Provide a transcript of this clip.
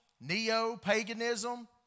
neo-paganism